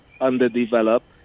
underdeveloped